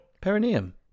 Perineum